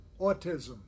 autism